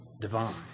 divine